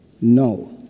no